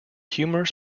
humorous